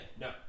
no